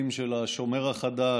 וצוותים של השומר החדש,